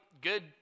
good